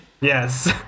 Yes